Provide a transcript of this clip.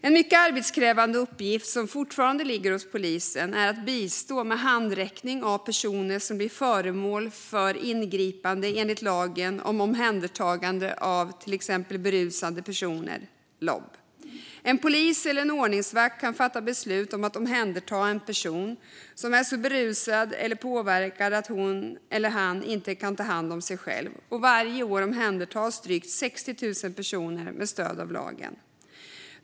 En mycket arbetskrävande uppgift som fortfarande ligger hos polisen är att bistå med handräckning av personer som blir föremål för ingripande enligt lagen om omhändertagande av till exempel berusade personer, LOB. En polis eller ordningsvakt kan fatta beslut om att omhänderta en person som är så berusad eller påverkad att han eller hon inte kan ta hand om sig själv. Varje år omhändertas drygt 60 000 personer med stöd av lagen.